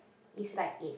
is like eight